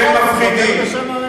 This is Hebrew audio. שהם מפחידים,